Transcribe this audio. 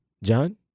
John